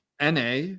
na